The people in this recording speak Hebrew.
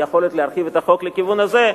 על יכולת להרחיב את החוק לכיוון הזה,